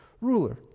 ruler